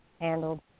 handled